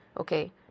Okay